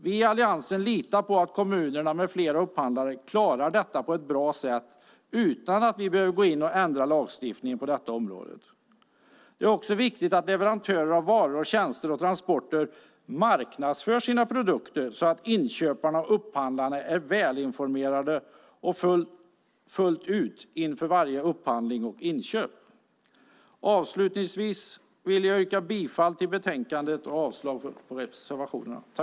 Vi i Alliansen litar på att kommunerna med flera upphandlare klarar detta på ett bra sätt utan att vi behöver gå in och ändra lagstiftningen på detta område. Det är också viktigt att leverantörer av varor, tjänster och transporter marknadsför sina produkter så att inköparna och upphandlarna är informerade fullt ut inför varje upphandling och inköp. Avslutningsvis vill jag yrka bifall till förslaget i betänkandet och avslag på reservationerna.